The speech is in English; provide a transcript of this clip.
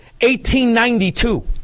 1892